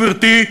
גברתי,